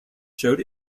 showed